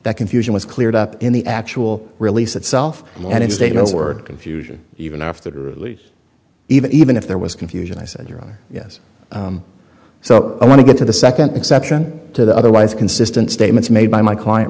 that confusion was cleared up in the actual release itself and in statements word confusion even after even even if there was confusion i said your honor yes so i want to get to the second exception to the otherwise consistent statements made by my client